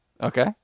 Okay